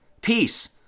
peace